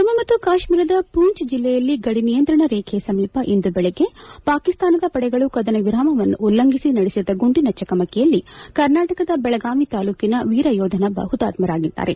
ಜಮ್ಮು ಮತ್ತು ಕಾಶ್ಮೀರದ ಪೂಂಚ್ ಜೆಲ್ಲೆಯಲ್ಲಿ ಗಡಿ ನಿಯಂತ್ರಣ ರೇಖೆಯ ಸಮೀಪ ಇಂದು ಬೆಳಗ್ಗೆ ಪಾಕಿಸ್ತಾನದ ಪಡೆಗಳು ಕದನ ವಿರಾಮವನ್ನು ಉಲ್ಲಂಘಿಸಿ ನಡೆಸಿದ ಗುಂಡಿನ ಚಕಮಕಿಯಲ್ಲಿ ಕರ್ನಾಟಕದ ಬೆಳಗಾವಿ ತಾಲ್ಲೂಕಿನ ವೀರಯೋಧನೊಬ್ಬ ಹುತಾತ್ಸರಾಗಿದ್ದಾರೆ